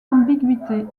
ambiguïté